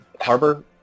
harbor